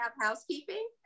housekeeping